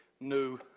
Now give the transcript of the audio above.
new